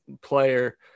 player